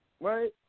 Right